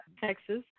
Texas